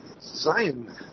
Zion